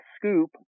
scoop